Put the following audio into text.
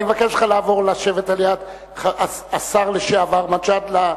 אני מבקש ממך לעבור לשבת על-יד השר לשעבר מג'אדלה,